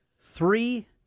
Three